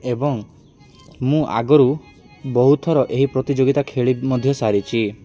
ଏବଂ ମୁଁ ଆଗରୁ ବହୁଥର ଏହି ପ୍ରତିଯୋଗିତା ଖେଳି ମଧ୍ୟ ସାରିଛି